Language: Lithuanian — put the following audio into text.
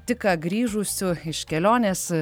tik ką grįžusiu iš kelionės